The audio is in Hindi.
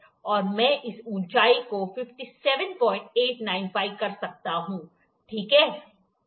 और मैं इस ऊंचाई को 57895 कर सकता हूं ठीक है